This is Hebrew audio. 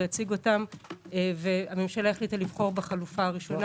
הציגה אותן והממשלה החליטה לבחור בחלופה הראשונה